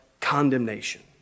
condemnation